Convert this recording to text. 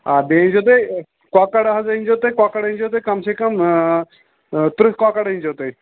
آ بیٚیہِ أنۍزیو تُہۍ کۄکَر حظ أنۍزیو تُہۍ کۄکر أنۍزیو تُہۍ کَم سے کَم تٕرٛہ کۄکَر أنۍزیو تُہۍ